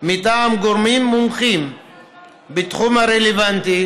מטעם גורמים מומחים בתחום הרלוונטי